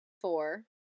Four